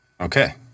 Okay